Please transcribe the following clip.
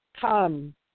come